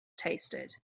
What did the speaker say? tasted